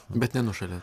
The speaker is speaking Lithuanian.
bet nenušalėt